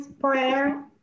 prayer